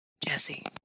Jesse